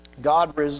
God